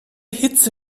hitze